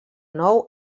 nou